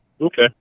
Okay